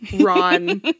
Ron